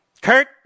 Kurt